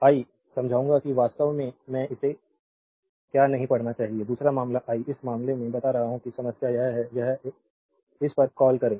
आई समझाऊंगा कि वास्तव में इसे क्या नहीं पढ़ना चाहिए दूसरा मामला आई इस बारे में बता रहा हूं कि समस्या क्या है उस पर कॉल करें